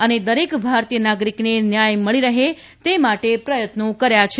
અને દરેક ભારતીય નાગરિકને ન્યાય મળી રહે તે માટે પ્રયત્નો કર્યા છે